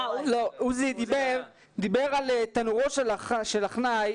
עוזי דיבר על תנורו של עכנאי.